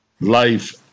Life